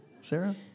Sarah